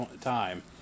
time